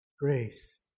Grace